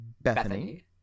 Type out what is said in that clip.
Bethany